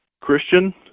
Christian